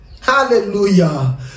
hallelujah